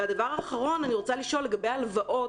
הדבר האחרון, אני רוצה לשאול לגבי הלוואות.